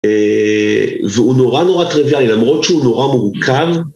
והוא נורא נורא טריוויאלי, למרות שהוא נורא מורכב...